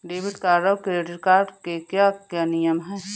Debit card और credit card के क्या क्या नियम हैं?